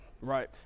Right